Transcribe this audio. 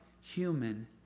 human